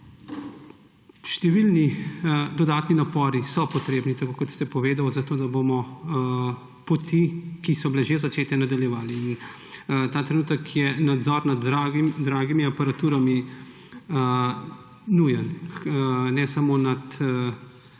Številni dodatni napori so potrebni, tako kot ste povedali, da bomo poti, ki so bile že začete, nadaljevali. In ta trenutek je nadzor nad dragimi aparaturami nujen, ne samo nad